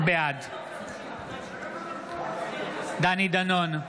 בעד דני דנון,